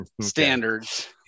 standards